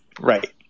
Right